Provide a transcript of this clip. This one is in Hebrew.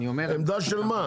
עמדה של מה?